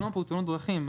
תאונות דרכים.